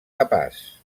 capaç